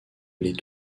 les